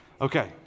Okay